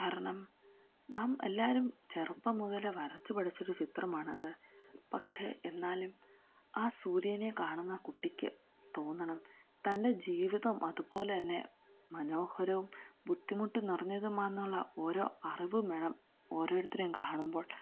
കാരണം നാം എല്ലാവരും ചെറുപ്പം മുതൽ വരച്ചു പഠിച്ച ഒരു ചിത്രമാണത് പക്ഷെ എന്നാലും ആ സൂര്യനെ കാണുന്ന കുട്ടിക്കു തോന്നണം തൻ്റെ ജീവിതം അതുപോലെ തന്നെ മനോഹരവും ബുദ്ധിമുട്ട് നിറഞ്ഞതുമാണെന്നുള്ള ഓരോ അറിവും വേണം ഓരോരുത്തരെയും കാണുമ്പോൾ